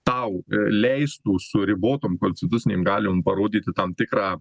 tau leistų su ribotom konstitucinėm galiom parodyti tam tikrą